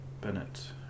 Bennett